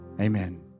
Amen